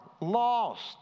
lost